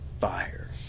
fire